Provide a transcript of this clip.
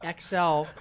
xl